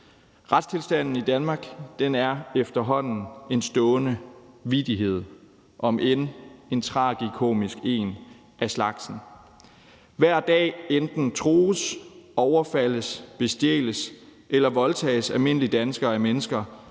Retstilstanden i Danmark er efterhånden en stående vittighed, om end en tragikomisk en af slagsen. Hver dag enten trues, overfaldes, bestjæles eller voldtages almindelige danskere af mennesker,